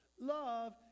love